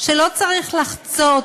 שלא צריך לחצות,